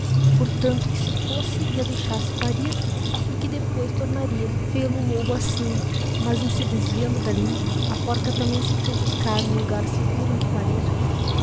tanto que se fosse e a deixasse parir e que depois tornaria fêllo p lobo assim mas em se desviando dalli a porca também se foi buscar hum lugar seguro em que parir